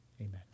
Amen